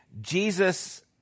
Jesus